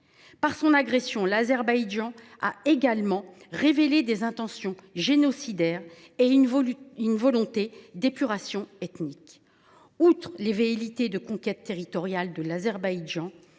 Par son agression, il a également révélé des intentions génocidaires et une volonté d’épuration ethnique. Outre ses velléités de conquêtes territoriales, il s’en